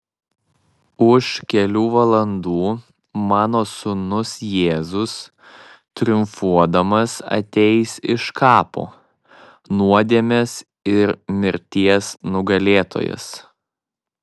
už kelių valandų mano sūnus jėzus triumfuodamas ateis iš kapo nuodėmės ir mirties nugalėtojas